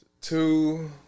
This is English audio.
two